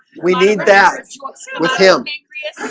we need that with him he